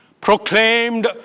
Proclaimed